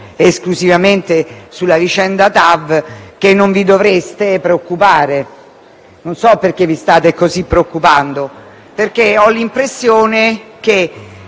esclusivamente sulla vicenda TAV, che non si dovrebbero preoccupare. Non so perché vi state così preoccupando, perché ho l'impressione che,